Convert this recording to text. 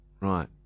Right